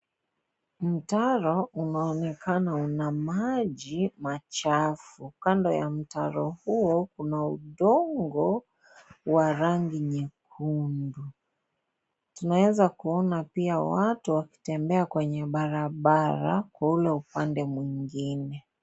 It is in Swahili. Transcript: Mtaro unaonekana una maji machafu, kando ya mtaro huo kuna udongo wa rangi nyekundu, tunaeza kuona pia watu wakitembea kwenye barabara kwa ule upande mwingine.